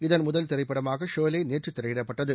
இதன் முதல் திரைப்படமாக ஷோலே நேற்று திரையிடப்பட்டது